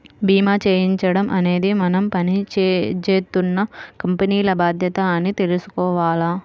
భీమా చేయించడం అనేది మనం పని జేత్తున్న కంపెనీల బాధ్యత అని తెలుసుకోవాల